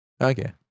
Okay